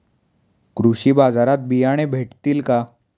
कृषी बाजारात बियाणे भेटतील का?